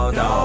no